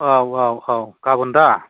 औ औ औ गाबोन दा